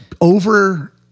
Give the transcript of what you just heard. Over